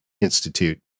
Institute